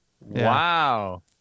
Wow